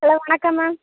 hello வணக்கம் ma'am